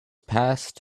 past